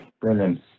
Brilliant